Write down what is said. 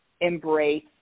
embrace